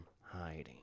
hiding